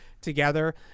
together